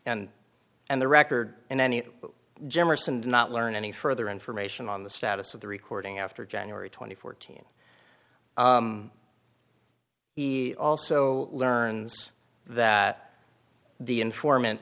and and the record in any generous and not learn any further information on the status of the recording after january twenty four teen he also learns that the informant